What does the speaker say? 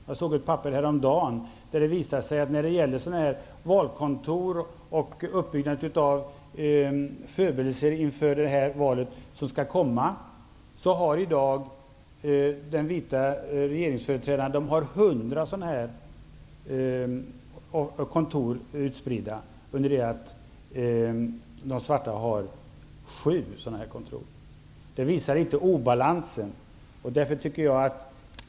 Jag såg häromdagen en uppgift om att de vita har 100 kontor för förberedelser av det val som skall komma, under det att de svarta har 7. Det visar obalansen.